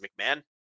McMahon